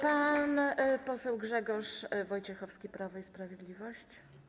Pan poseł Grzegorz Wojciechowski, Prawo i Sprawiedliwość.